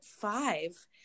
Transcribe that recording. five